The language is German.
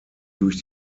durch